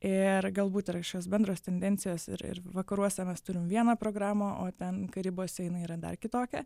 ir galbūt yra kažkokios bendros tendencijos ir ir vakaruose mes turim vieną programą o ten karibuose jinai yra dar kitokia